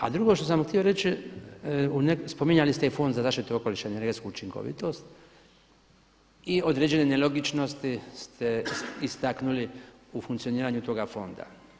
A drugo što sam htio reći, spominjali ste i Fond za zaštitu okoliša i energetsku učinkovitost i određene nelogičnosti ste istaknuli u funkcioniranju toga fonda.